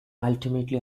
ultimately